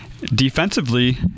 defensively